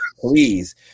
please